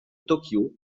tōkyō